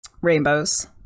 Rainbows